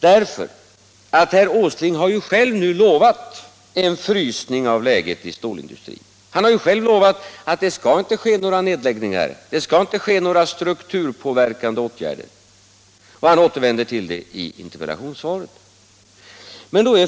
Herr Åsling har ju själv lovat en frysning av läget inom stålindustrin och att det inte skall ske några nedläggningar eller strukturpåverkande åtgärder, och han återkommer till det i interpellationssvaret.